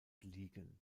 liegen